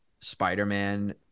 spider-man